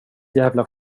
jävla